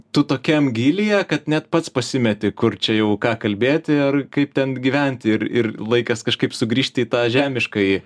tu tokiam gylyje kad net pats pasimeti kur čia jau ką kalbėti ar kaip ten gyventi ir ir laikas kažkaip sugrįžti į tą žemiškąjį